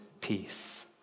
peace